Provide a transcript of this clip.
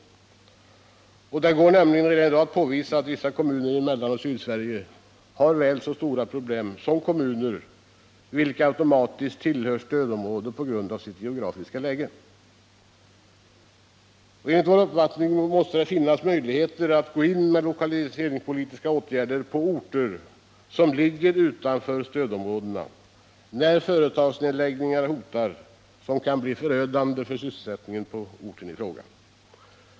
Det går nämligen att redan i dag påvisa att vissa kommuner i Mellanoch Sydsverige har väl så stora problem som kommuner, vilka automatiskt tillhör stödområde på grund av sitt geografiska läge. Enligt vår uppfattning måste det finnas möjligheter att gå in med lokaliseringspolitiska åtgärder på orter som ligger utanför stödområdena, när företagsnedläggningar hotar som kan bli förödande för sysselsättningen på orten i fråga.